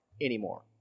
anymore